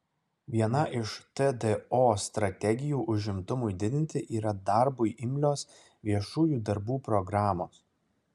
viena iš tdo strategijų užimtumui didinti yra darbui imlios viešųjų darbų programos